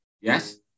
yes